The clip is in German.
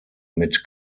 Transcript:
mit